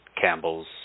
Campbell's